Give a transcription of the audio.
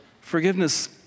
Forgiveness